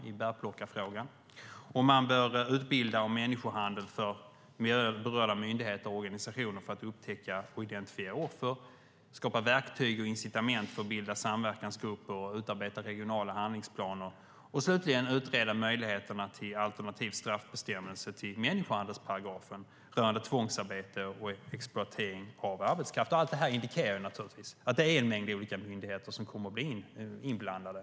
Man bör utbilda berörda myndigheter och organisationer i frågor om människohandel för att kunna upptäcka och identifiera offer. Man bör skapa verktyg och incitament för att bilda samverkansgrupper och utarbeta regionala handlingsplaner. Slutligen bör man utreda möjligheterna till en alternativ straffbestämmelse i människohandelsparagrafen rörande tvångsarbete och exploatering av arbetskraft. Allt detta indikerar naturligtvis att det är en mängd olika myndigheter som kommer att vara inblandade.